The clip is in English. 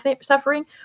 suffering